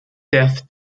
death